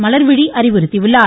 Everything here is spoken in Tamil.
மலர்விழி அறிவுறுத்தியுள்ளார்